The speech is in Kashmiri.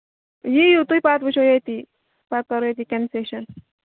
یِیو تُہۍ پَتہٕ وُچھو ییٚتی پَتہٕ کَرو ییٚتی کَنسیشَن